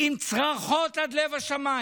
עם צרחות עד לב השמיים,